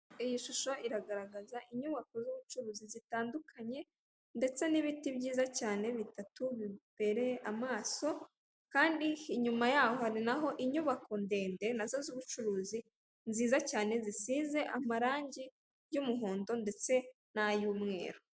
Iyi shusho iragaragaza inyubako z'ubucuruzi zitandukanye, ndetse n'ibiti byiza cyane bitatu bibereye amaso, kandi inyuma yaho hari naho inyubako ndende nazo z'ubucuruzi nziza cyane zisize amarangi y'umuhondo ndetse n'ay'umweru.